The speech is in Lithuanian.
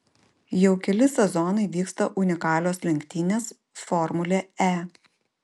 jau keli sezonai vyksta unikalios lenktynės formulė e